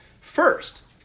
first